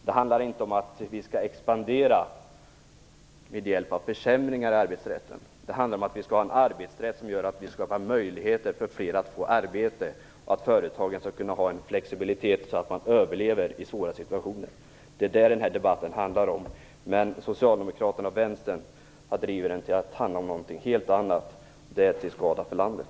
Det handlar inte om att expandera med hjälp av försämringar i arbetsrätten, utan det handlar om att vi skall ha en arbetsrätt som gör att vi skapar möjligheter för fler att få arbete och att företagen skall kunna ha en flexibilitet så att man överlever i svåra situationer. Det är detta som debatten handlar om. Men Socialdemokraterna och Vänstern har drivit den till att handla om något helt annat. Det är till skada för landet.